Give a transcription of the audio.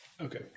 Okay